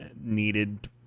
needed